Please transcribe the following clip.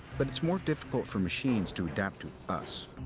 but it's more difficult for machines to adapt to us,